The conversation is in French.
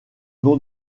nom